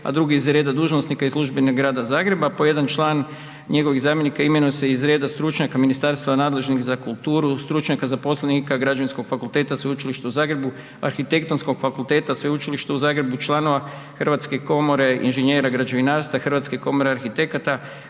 a drugi iz reda dužnosnika i službi Grada Zagreba. Po jedan član njegovih zamjenika imenuje se iz reda stručnjaka ministarstva nadležnih za kulturu, stručnjaka zaposlenika Građevinskog fakulteta Sveučilišta u Zagrebu, Arhitektonskog fakulteta Sveučilišta u Zagrebu, članova Hrvatske komore inženjera građevinarstva, Hrvatska komore arhitekata,